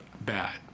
bad